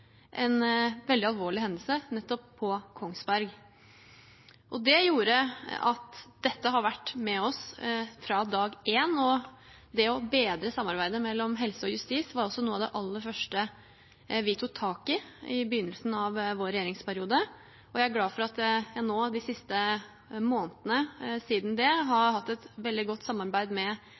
en veldig alvorlig hendelse, nettopp på Kongsberg. Det gjorde at dette har vært med oss fra dag én, og det å bedre samarbeidet mellom helse og justis var også noe av det aller første vi tok tak i i begynnelsen av vår regjeringsperiode. Og jeg er glad for at jeg nå, de siste månedene siden det, har hatt et veldig godt samarbeid med